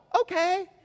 Okay